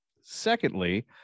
Secondly